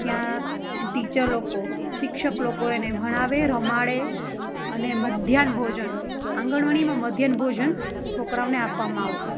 ત્યાં ટીચર લોકો શિક્ષક લોકો એને ભણાવે રમાડે અને મધ્યાહન ભોજન આંગણવાડીમાં મધ્યાહન ભોજન છોકરાઓને આપવામાં આવતું